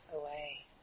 away